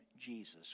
Jesus